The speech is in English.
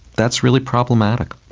that's really problematic,